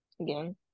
Again